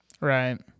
Right